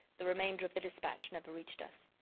the remainder of the dispatch never reached us.